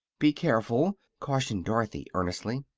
be careful, cautioned dorothy, earnestly.